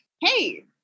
Hey